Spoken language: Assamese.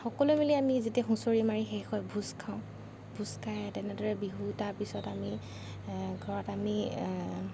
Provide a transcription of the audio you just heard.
সকলোৱে মিলি আমি যেতিয়া হুঁচৰি মাৰি শেষ হয় ভোজ খাওঁ ভোজ খাই তেনেদৰে বিহু তাৰ পিছত আমি ঘৰত আমি